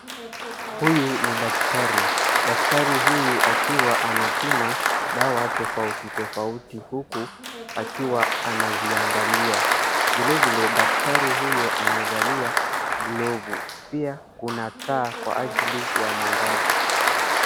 Huyu ni daktari. Daktari huyu akiwa anapima dawa tofauti tofauti huku akiwa anaziangalia. Vilevile daktari huyu amevalia glovu. Pia kuna taa kwa ajili ya mwangaza.